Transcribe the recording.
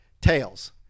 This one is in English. Tails